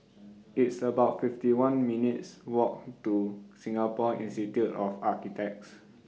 It's about fifty one minutes' Walk to Singapore Institute of Architects